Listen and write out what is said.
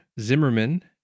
Zimmerman